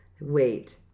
Wait